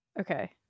Okay